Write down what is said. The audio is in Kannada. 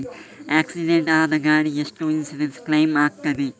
ಆಕ್ಸಿಡೆಂಟ್ ಆದ ಗಾಡಿಗೆ ಎಷ್ಟು ಇನ್ಸೂರೆನ್ಸ್ ಕ್ಲೇಮ್ ಆಗ್ತದೆ?